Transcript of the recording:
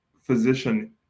physician